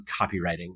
copywriting